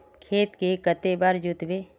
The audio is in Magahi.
खेत के कते बार जोतबे?